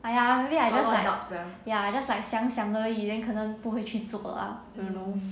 !aiya! maybe I just like ya just like 想想而已 then 可能不会去做 lah you know